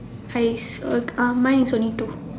I s~ uh mine is only two